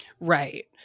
Right